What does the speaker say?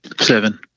Seven